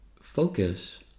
focus